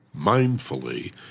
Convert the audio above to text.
mindfully